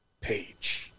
page